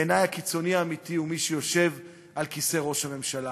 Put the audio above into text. בעיני הקיצוני האמיתי הוא מי שיושב על כיסא ראש הממשלה,